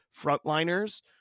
frontliners